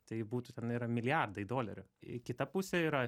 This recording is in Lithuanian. tai būtų tenai yra milijardai dolerių į kitą pusę yra